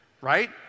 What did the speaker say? Right